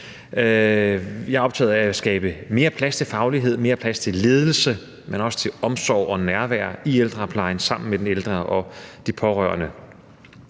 Jeg er optaget af at skabe mere plads til faglighed, mere plads til ledelse, men også til omsorg og nærvær i ældreplejen sammen med den ældre og de pårørende.